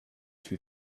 two